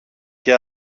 και